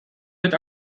wird